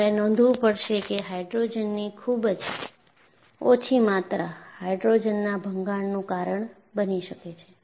તમારે નોંધવું પડશે કે હાઇડ્રોજનની ખૂબ જ ઓછી માત્રા હાઇડ્રોજનના ભંગાણનું કારણ બની શકે છે